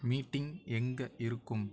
meeting எங்கே இருக்கும்